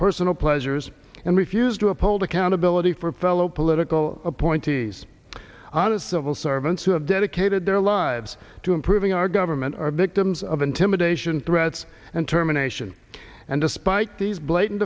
personal pleasures and refuse to uphold accountability for fellow political appointees honest civil servants who have dedicated their lives to improving our government are victims of intimidation threats and terminations and despite these blatant